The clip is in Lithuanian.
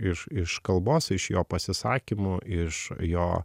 iš iš kalbos iš jo pasisakymų iš jo